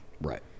Right